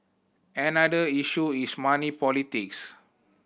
another issue is money politics